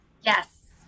yes